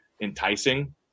enticing